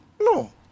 No